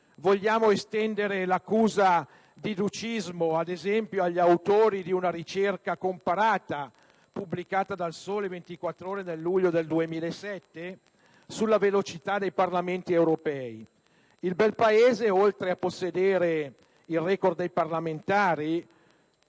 Vogliamo estendere l'accusa di ducismo, ad esempio, agli autori di una ricerca comparata pubblicata da «Il Sole 24 Ore» nel luglio 2007 sulla velocità dei Parlamenti europei? Il Belpaese, oltre a possedere il record di parlamentari